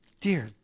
Dear